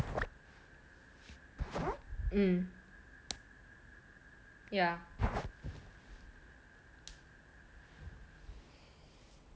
mm yeah